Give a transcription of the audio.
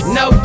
no